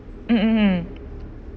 mmhmm